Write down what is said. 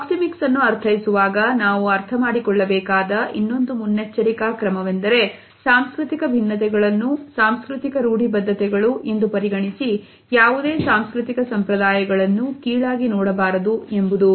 proxemics ಅನ್ನು ಅರ್ಥೈಸುವಾಗ ನಾವು ಅರ್ಥಮಾಡಿಕೊಳ್ಳಬೇಕಾದ ಇನ್ನೊಂದು ಮುನ್ನೆಚ್ಚರಿಕಾ ಕ್ರಮ ವೆಂದರೆ ಸಾಂಸ್ಕೃತಿಕ ಭಿನ್ನತೆಗಳನ್ನು ಸಾಂಸ್ಕೃತಿಕ ರೂಢ ಬದ್ಧತೆಗಳು ಎಂದು ಪರಿಗಣಿಸಿ ಯಾವುದೇ ಸಾಂಸ್ಕೃತಿಕ ಸಂಪ್ರದಾಯಗಳನ್ನು ಕೀಳಾಗಿ ನೋಡಬಾರದು ಎಂಬುದು